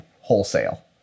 wholesale